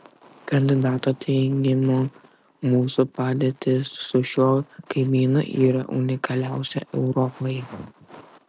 kandidato teigimu mūsų padėtis su šiuo kaimynu yra unikaliausia europoje